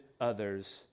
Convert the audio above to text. others